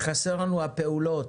חסר לנו הפעולות,